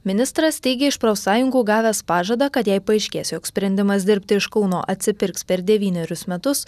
ministras teigė iš profsąjungų gavęs pažadą kad jei paaiškės jog sprendimas dirbti iš kauno atsipirks per devynerius metus